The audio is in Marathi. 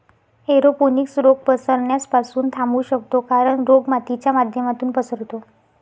एरोपोनिक्स रोग पसरण्यास पासून थांबवू शकतो कारण, रोग मातीच्या माध्यमातून पसरतो